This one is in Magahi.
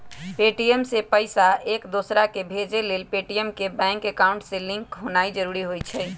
पे.टी.एम से पईसा एकदोसराकेँ भेजे लेल पेटीएम के बैंक अकांउट से लिंक होनाइ जरूरी होइ छइ